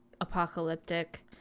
apocalyptic